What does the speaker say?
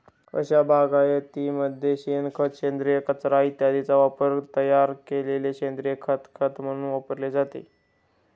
अशा बागायतीमध्ये शेणखत, सेंद्रिय कचरा इत्यादींचा वापरून तयार केलेले सेंद्रिय खत खत म्हणून वापरले जाते